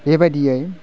बेबादियै